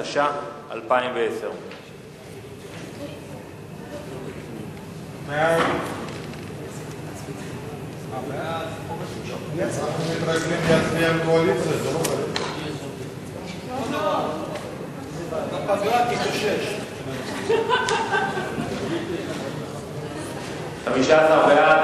התש"ע 2010. 15 בעד,